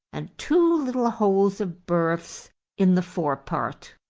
and two little holes of berths in the fore part.